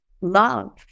love